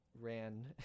ran